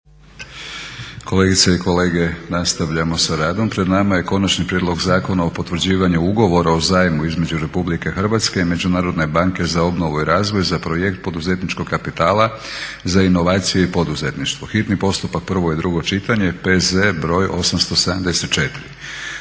Kolegice i kolege nastavljamo sa radom. Pred nama je: - Konačni prijedlog Zakona o potvrđivanju ugovora o zajmu između Republike Hrvatske i Međunarodne banke za obnovu i razvoj za projekt poduzetničkog kapitala za inovacije i poduzetništvo, hitni postupak, prvo i drugo čitanje, P.Z.BR.874.